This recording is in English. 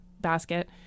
basket